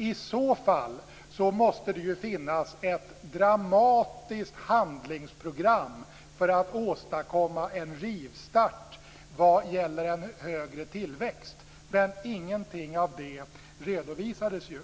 I så fall måste det ju finnas ett dramatiskt handlingsprogram för att åstadkomma en rivstart vad gäller en högre tillväxt, men ingenting av det redovisades ju.